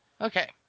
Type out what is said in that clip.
Okay